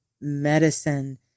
medicine